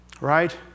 right